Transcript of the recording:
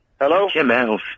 Hello